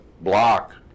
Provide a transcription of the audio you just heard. block